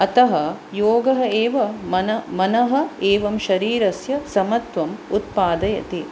अतः योगः एव मनः मनः एवं शरीरस्य समत्त्वम् उत्त्पादयति